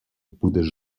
будеш